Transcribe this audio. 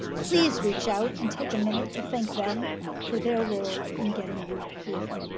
please reach out and take a minute to thank them for their role in getting you here.